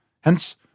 Hence